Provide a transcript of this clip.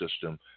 system